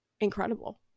incredible